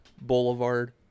Boulevard